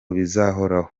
bizahoraho